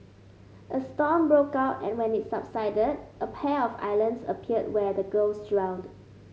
a storm broke out and when it subsided a pair of islands appeared where the girls drowned